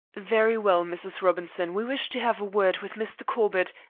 very well, mrs. robinson. we wish to have a word with mr. corbett,